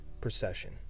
procession